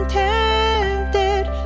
tempted